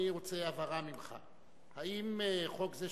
אני רוצה הבהרה ממך: האם חוק זה,